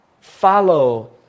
follow